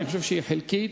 ואני חושב שהיא חלקית,